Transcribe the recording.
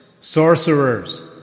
sorcerers